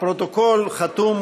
הפרוטוקול חתום